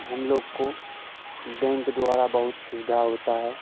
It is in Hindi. हम लोग को बेंक द्वारा बहुत सुविधा होता है